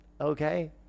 okay